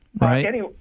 Right